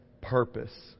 purpose